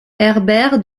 herbert